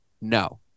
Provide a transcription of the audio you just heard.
No